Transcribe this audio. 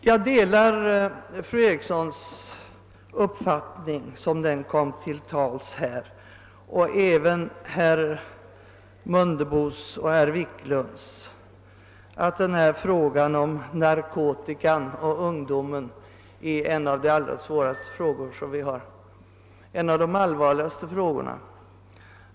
Jag deiar där den uppfattning som fru Eriksson i Stockholm samt herrar Mundebo och Wiklund i Stockholm har givit uttryck åt, nämligen att frågan om ungdomsnarkomanin är ett av våra allra svåraste problem.